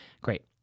great